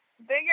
Bigger